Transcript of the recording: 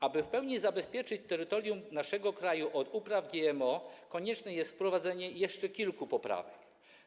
Aby w pełni zabezpieczyć terytorium naszego kraju od upraw GMO, konieczne jest wprowadzenie jeszcze kilku poprawek.